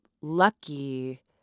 lucky